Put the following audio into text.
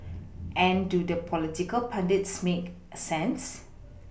and do the political pundits make sense